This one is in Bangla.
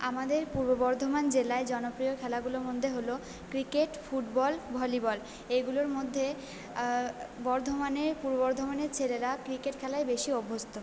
আমাদের পূর্ব বর্ধমান জেলায় জনপ্রিয় খেলাগুলোর মধ্যে হলো ক্রিকেট ফুটবল ভলিবল এগুলোর মধ্যে বর্ধমানে পূর্ব বর্ধমানের ছেলেরা ক্রিকেট খেলায় বেশি অভ্যস্ত